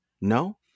No